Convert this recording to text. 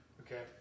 Okay